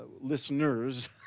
listeners